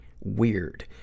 weird